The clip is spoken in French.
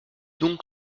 donc